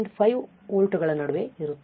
5 ವೋಲ್ಟ್ಗಳ ನಡುವೆ ಇರುತ್ತದೆ